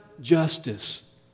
justice